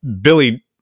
Billy